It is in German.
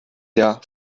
jahr